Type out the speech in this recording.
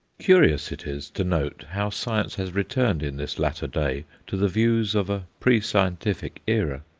curious it is to note how science has returned in this latter day to the views of a pre-scientific era.